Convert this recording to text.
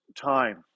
time